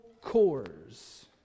cores